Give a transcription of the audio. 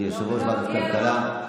כיושב-ראש ועדת הכלכלה,